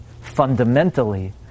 fundamentally